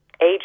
Age